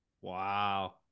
Wow